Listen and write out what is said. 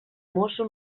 mosso